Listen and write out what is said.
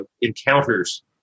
encounters